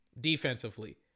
defensively